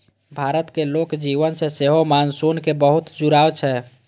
भारतक लोक जीवन सं सेहो मानसूनक बहुत जुड़ाव छै